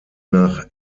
nach